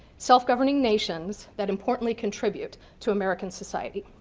self-governing nations that importantly contribute to american society.